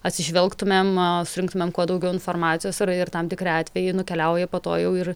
atsižvelgtumėm surinktumėm kuo daugiau informacijos yra ir tam tikri atvejai nukeliauja po to jau ir